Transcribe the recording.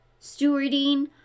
Stewarding